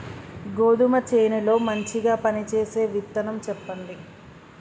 గోధుమ చేను లో మంచిగా పనిచేసే విత్తనం చెప్పండి?